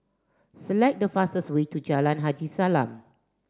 select the fastest way to Jalan Haji Salam